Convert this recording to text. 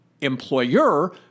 employer